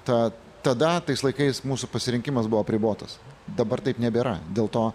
tą tada tais laikais mūsų pasirinkimas buvo apribotas dabar taip nebėra dėl to